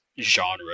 genre